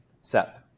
Seth